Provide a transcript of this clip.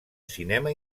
cinema